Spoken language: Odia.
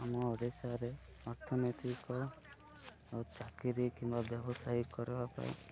ଆମ ଓଡ଼ିଶାରେ ଅର୍ଥନୈତିକ ଆଉ ଚାକିରି କିମ୍ବା ବ୍ୟବସାୟୀ କରିବା ପାଇଁ